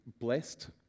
blessed